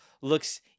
looks